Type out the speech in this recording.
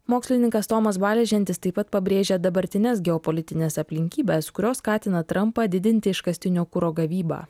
mokslininkas tomas baležentis taip pat pabrėžia dabartines geopolitines aplinkybes kurios skatina trampą didinti iškastinio kuro gavybą